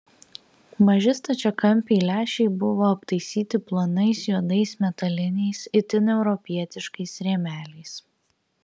maži stačiakampiai lęšiai buvo aptaisyti plonais juodais metaliniais itin europietiškais rėmeliais